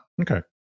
Okay